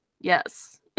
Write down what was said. Yes